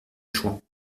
chouans